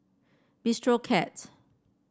Bistro Cat